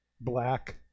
black